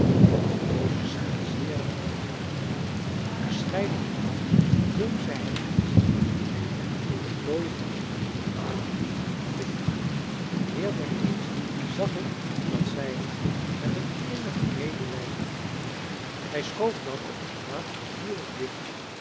koosje scheen zeer lief voor hem verscheidene malen hielp zij hem zich te beter in de plooien van den mantel wikkelen en meer dan eens zag ik dat zij hem met een innig medelijden aankeek hij schoof dan ook inderdaad gedurig dichter